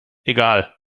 egal